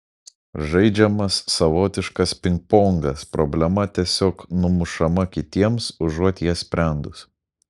žaidžiamas savotiškas pingpongas problema tiesiog numušama kitiems užuot ją sprendus